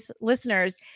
listeners